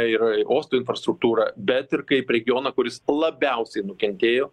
ir uosto infrastruktūrą bet ir kaip regioną kuris labiausiai nukentėjo